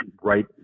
right